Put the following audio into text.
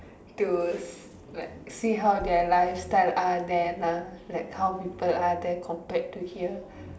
to like see how their lifestyle are then ah like how people are there compared to here